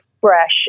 fresh